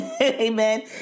Amen